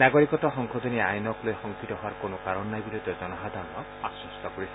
নাগৰিকত্ব সংশোধনী আইনক লৈ শংকিত হোৱাৰ কোনো কাৰণ নাই বুলিও তেওঁ জনসাধাৰণক আস্বস্ত কৰিছে